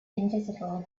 invisible